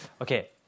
okay